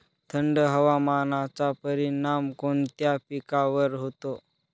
थंड हवामानाचा परिणाम कोणत्या पिकावर होतो?